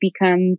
become